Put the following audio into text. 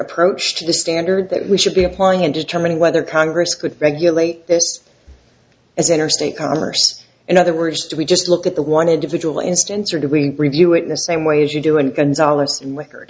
approach to the standard that we should be applying in determining whether congress could regulate this as interstate commerce in other words do we just look at the wanted to vidual instance or do we review it in the same way as you do and